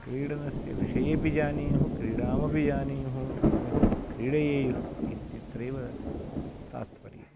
क्रीडनस्य विषयेपि जानीयुः क्रीडामपि जानीयुः सम्यक् च क्रीडयेयुः इत्यत्रैव तात्पर्यम्